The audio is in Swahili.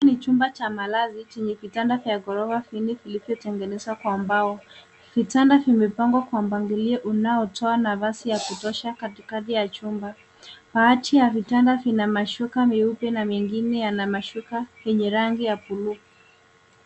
Hii ni chumba cha malazi chenye vianda vya ghorofa vinne vilivyotengenezwa kwa mbao. Vitanda vimepangwa kwa mpangilio unaotoa nafasi ya kutosha katikati ya chumba. Baadhi ya vitanda vina mashuka meupe na mengine yana mashuka yenye rangi ya bluu.